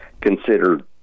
considered